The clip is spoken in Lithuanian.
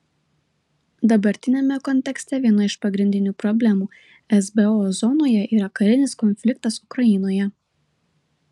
dabartiniame kontekste viena iš pagrindinių problemų esbo zonoje yra karinis konfliktas ukrainoje